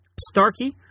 Starkey